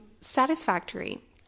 satisfactory